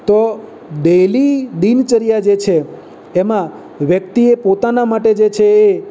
તો ડેઈલી દિનચર્યા જે છે એમાં વ્યક્તિએ પોતાના માટે જે છે એ